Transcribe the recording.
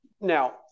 Now